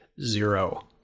zero